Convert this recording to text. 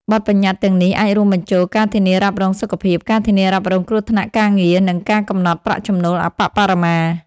បទប្បញ្ញត្តិទាំងនេះអាចរួមបញ្ចូលការធានារ៉ាប់រងសុខភាព ការធានារ៉ាប់រងគ្រោះថ្នាក់ការងារ និងការកំណត់ប្រាក់ចំណូលអប្បបរមា។